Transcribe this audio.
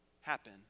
happen